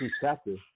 chapter